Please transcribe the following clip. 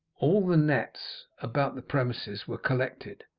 all the nets about the premises were collected,